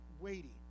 waiting